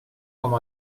com